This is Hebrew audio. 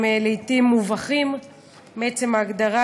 הם לעתים מובכים מעצם ההגדרה,